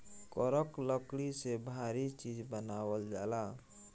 करक लकड़ी से भारी चीज़ बनावल जाला